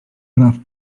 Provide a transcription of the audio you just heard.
graf